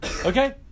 Okay